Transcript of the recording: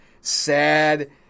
sad